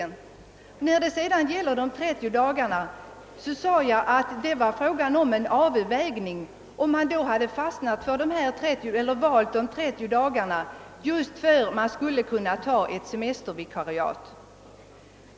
Förslaget om att kvinna skall få utföra förvärvsarbete under högst 30 dagar är en avvägning mellan skyddsoch vårdsynpunkter samt önskemålen om en uppmjukning av gällande regler. Om förvärvsarbete kan utföras i 30 dagar kan kvinnan åtaga sig ett normalt semestervikariat.